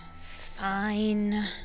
Fine